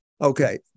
Okay